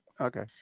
Okay